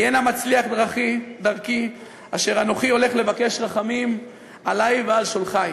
היה נא מצליח דרכי אשר אנוכי הולך לבקש רחמים עלי ועל שולחי.